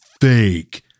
fake